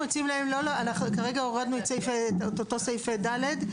כרגע הורדנו את אותו סעיף (ד).